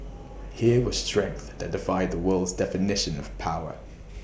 here was strength that defied the world's definition of power